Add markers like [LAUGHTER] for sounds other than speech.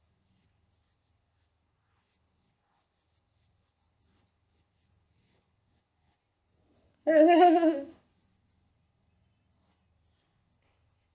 [LAUGHS]